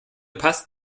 passt